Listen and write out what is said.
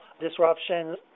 disruptions